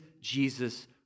Jesus